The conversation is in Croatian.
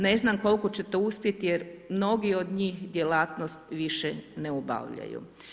Ne znam koliko ćete uspjeti jer mnogi od njih djelatnost više ne obavljaju.